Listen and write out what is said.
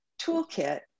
toolkit